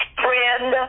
friend